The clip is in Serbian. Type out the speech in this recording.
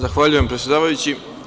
Zahvaljujem, predsedavajući.